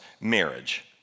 marriage